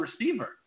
receiver